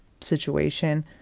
situation